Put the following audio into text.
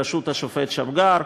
בראשות השופט שמגר,